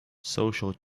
social